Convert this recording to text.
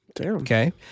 Okay